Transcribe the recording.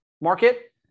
Market